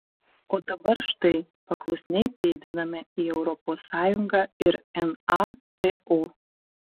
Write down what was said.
o dabar štai paklusniai pėdiname į europos sąjungą ir nato